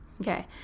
Okay